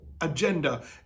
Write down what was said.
agenda